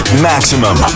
Maximum